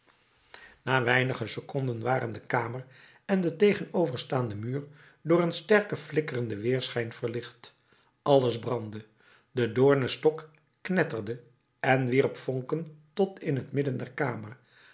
na weinige seconden waren de kamer en de tegenoverstaande muur door een sterk flikkerenden weerschijn verlicht alles brandde de doornen stok knetterde en wierp vonken tot in t midden der kamer